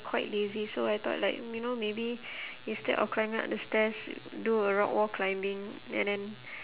quite lazy so I thought like you know maybe instead of climbing up the stairs do a rock wall climbing and then